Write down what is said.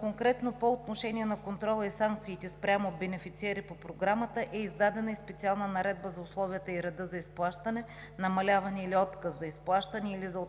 конкретно по отношение на контрола и санкциите спрямо бенефициенти по Програмата е издадена и специална наредба за условията и реда за изплащане, намаляване или отказ за изплащане или за оттегляне